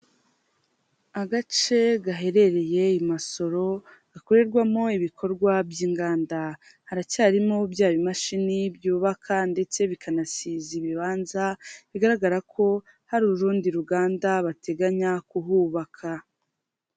Agace gaherereye i Masoro gokorerwamo ibikorwa by'inganda, haracyarimo bya bimashini byubaka ndetse bikanasiza ibibanza, bigaragara ko hari urundi ruganda bateganya kuhubaka.